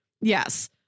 yes